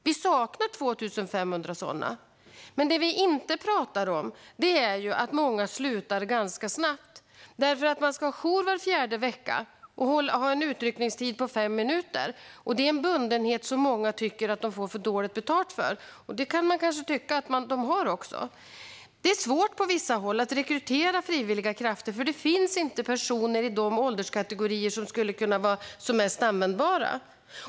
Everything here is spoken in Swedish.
Vi saknar 2 500 sådana. Men det vi inte pratar om är att många slutar ganska snabbt. De ska ha jour var fjärde vecka och en utryckningstid på fem minuter. Det är en bundenhet som många tycker att de får för dåligt betalt för, och det kan man kanske hålla med om. Det är på vissa håll svårt att rekrytera frivilliga krafter, för det finns inte personer i de ålderskategorier som skulle vara som mest användbara.